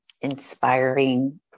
inspiring